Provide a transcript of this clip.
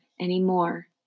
anymore